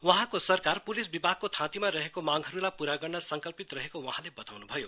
वहाँको सरकार पुलिस विभागको थाँतीमा रहेको मांगहरुलाई पूरा गर्न संकल्पित रहेको वहाँले बताउनु भयो